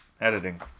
editing